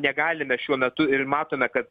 negalime šiuo metu ir matome kad